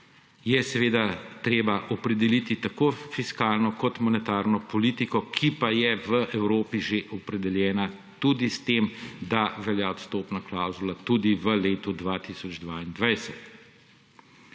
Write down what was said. je seveda treba opredeliti tako fiskalno kot monetarno politiko, ki pa je v Evropi že opredeljena tudi s tem, da velja odstopna klavzula tudi v letu 2022.